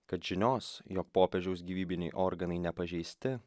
kad žinios jog popiežiaus gyvybiniai organai nepažeisti